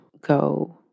go